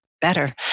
better